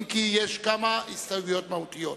אם כי יש כמה הסתייגויות מהותיות.